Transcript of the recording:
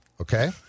okay